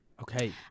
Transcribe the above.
Okay